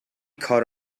caught